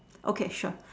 okay sure